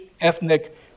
ethnic